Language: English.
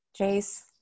Jace